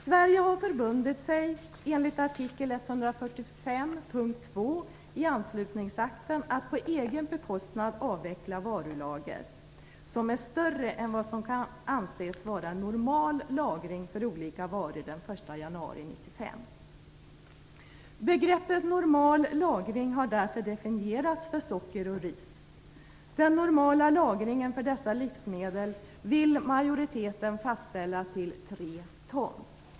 Sverige har enligt artikel 145.2 i anslutningsakten förbundit sig att på egen bekostnad avveckla varulager som är större än vad som kan anses vara normal lagring av olika varor den 1 januari 1995. Begreppet normal lagring har därför definierats för socker och ris. Majoriteten vill fastställa den normala lagringen för dessa livsmedel till 3 ton.